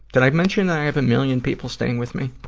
did i mention that i have a million people staying with me?